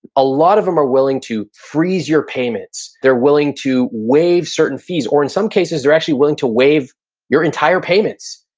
a lot of them are willing to freeze your payments. they're willing to waive certain fees, or in some cases they're actually willing to waive your entire payments.